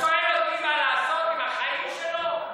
מישהו שואל אותי מה לעשות עם החיים שלו?